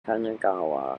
kanagawa